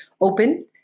open